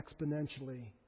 exponentially